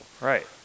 Right